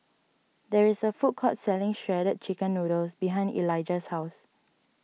there is a food court selling Shredded Chicken Noodles behind Elijah's house